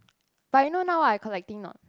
but you know now what I collecting not